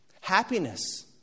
happiness